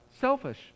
Selfish